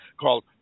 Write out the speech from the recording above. called